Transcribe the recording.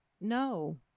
no